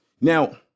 Now